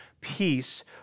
peace